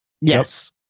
yes